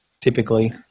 typically